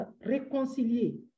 réconcilier